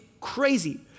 crazy